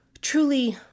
truly